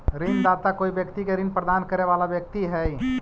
ऋणदाता कोई व्यक्ति के ऋण प्रदान करे वाला व्यक्ति हइ